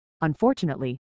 unfortunately